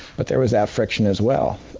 but there was that friction as well.